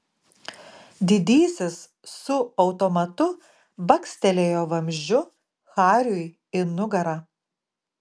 didysis su automatu bakstelėjo vamzdžiu hariui į nugarą